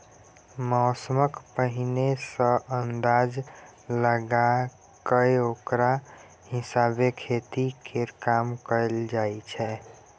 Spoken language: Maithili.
मौसमक पहिने सँ अंदाज लगा कय ओकरा हिसाबे खेती केर काम कएल जाइ छै